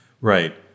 Right